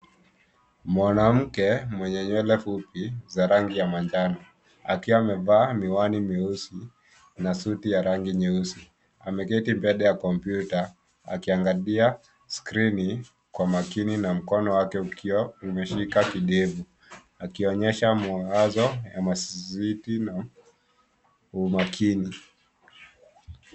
Mwanamke mwenye nywele fupi za rangi ya manjano akiwa amevaa miwani meusi na suti ya rangi nyeusi ameketi mbele ya kompyuta akiangalia skrini kwa makini na mkono wake ukiwa umeshika kidevu ikionyesha mawazo ya mazidi na umakini.